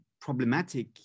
problematic